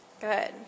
Good